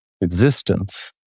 existence